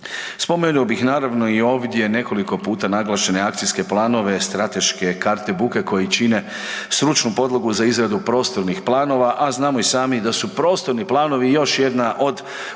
Spomenuo bih naravno i ovdje nekoliko puta naglašene akcijske planove, strateške karte buke koji čine stručnu podlogu za izradu prostornih planova, a znamo i sami da su i prostornih planova još jedna od vrlo,